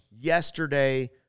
yesterday